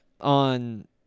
on